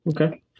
Okay